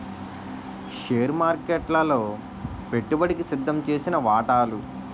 share మార్కెట్లలో పెట్టుబడికి సిద్దంచేసిన వాటాలు